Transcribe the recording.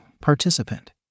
participant